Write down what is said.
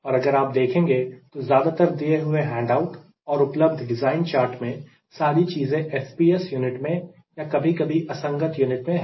और अगर आप देखेंगे तो ज्यादातर दिए हुए हैंडआउट और उपलब्ध डिज़ाइन चार्ट में सारी चीजें FPS यूनिट में या कभी कभी असंगत यूनिट में है